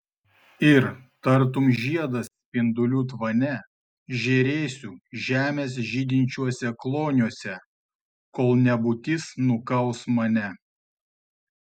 ir tartum žiedas spindulių tvane žėrėsiu žemės žydinčiuose kloniuose kol nebūtis nukaus mane